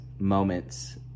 moments